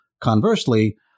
conversely